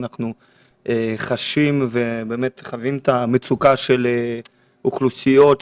חשים ובאמת חווים את המצוקה של אוכלוסיות,